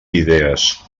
idees